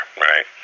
right